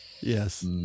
Yes